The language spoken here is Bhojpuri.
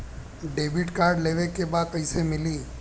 डेबिट कार्ड लेवे के बा कईसे मिली?